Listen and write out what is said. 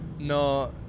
no